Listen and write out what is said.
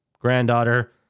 granddaughter